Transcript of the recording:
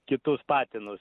kitus patinus